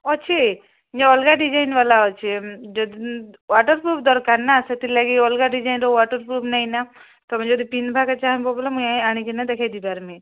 ଅଛି ଯୋ ଅଲଗା ଡିଜାଇନ୍ ବାଲା ଅଛି ୱାଟର୍ପ୍ରୁଫ୍ ଦରକାର ନା ସେଥିଲାଗି ଅଲଗା ଡିଜାଇନ୍ର ୱାଟର୍ପ୍ରୁଫ୍ ନାଇଁନା ତୁମେ ଯଦି ପିନ୍ଧବାକେ ଚାହିଁବ ବୋଲେ ମୁଇଁ ଆଣିକିନା ଦେଖେଇ ଦେଇ ପାରମି